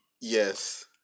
Yes